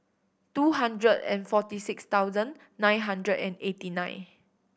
two hundred and forty six thousand nine hundred and eighty nine